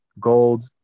gold